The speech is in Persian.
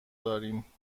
داریم